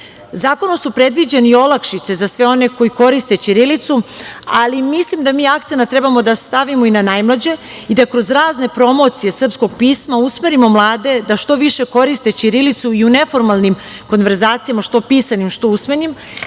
prezime. Zakonom su predviđene i olakšice za sve one koji koriste ćirilicu, ali mislim da mi akcenat trebamo da stavimo i na najmlađe i da kroz razne promocije srpskog pisma usmerimo mlade da što više koriste ćirilicu i u neformalnim konverzacijama, što pisanim, što usmenim,